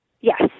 Yes